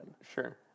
Sure